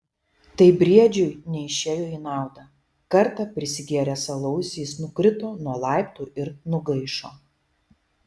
tai briedžiui neišėjo į naudą kartą prisigėręs alaus jis nukrito nuo laiptų ir nugaišo